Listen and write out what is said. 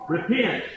Repent